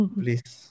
please